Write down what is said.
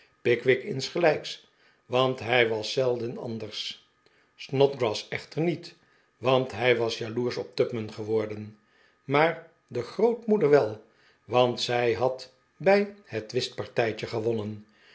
pickwick insgelijks want bij was zelden anders snodgrass echter niet want hij was jaloersch op tupman geworden maar de grootmoeder wel want zij had bij het whistpartijtje gewonnen